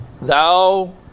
thou